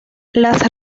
las